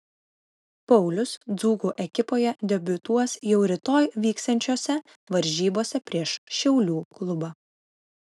paulius dzūkų ekipoje debiutuos jau rytoj vyksiančiose varžybose prieš šiaulių klubą